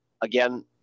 again